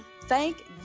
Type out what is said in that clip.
Thank